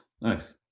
nice